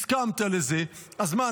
הסכמת לזה, אז מה?